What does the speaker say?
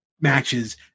matches